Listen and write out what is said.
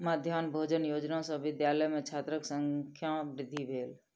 मध्याह्न भोजन योजना सॅ विद्यालय में छात्रक संख्या वृद्धि भेल